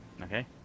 Okay